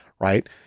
right